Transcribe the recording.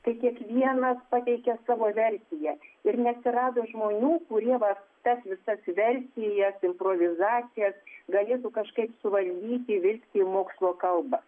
kai kiekvienas pateikia savo versiją ir nesirado žmonių kurie va tas visas versijas improvizacijas galėtų kažkaip suvaldyti įvilkti į mokslo kalbą